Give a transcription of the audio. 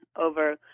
over